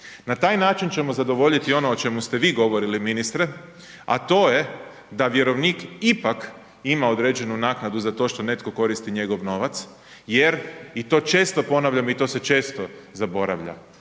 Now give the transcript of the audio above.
Na taj način ćemo zadovoljiti ono o čemu ste vi govorili ministre a to je da vjerovnik ipak ima određenu naknadu za to što netko koristi njegov novac jer i to često ponavljam i to se često zaboravlja,